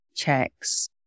Checks